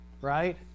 Right